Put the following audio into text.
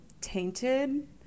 tainted